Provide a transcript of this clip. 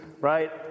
right